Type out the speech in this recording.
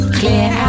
clear